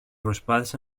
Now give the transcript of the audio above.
προσπάθησε